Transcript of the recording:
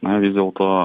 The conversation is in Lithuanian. na vis dėlto